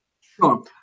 Sure